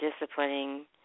disciplining